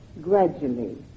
gradually